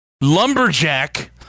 Lumberjack